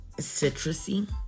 citrusy